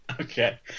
okay